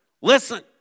Listen